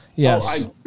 Yes